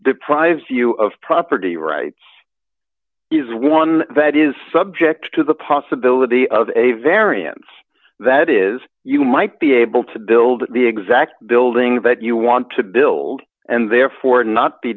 deprives you of property rights is one that is subject to the possibility of a variance that is you might be able to build the exact building that you want to build and therefore not be